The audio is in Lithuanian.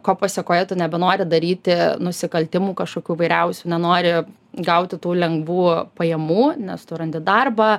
ko pasekoje tu nebenori daryti nusikaltimų kažkokių įvairiausių nenori gauti tų lengvų pajamų nes tu randi darbą